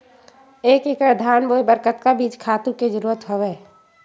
एक एकड़ धान बोय बर कतका बीज खातु के जरूरत हवय?